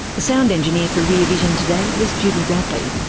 the sound engineer for rear vision today is judy rapley.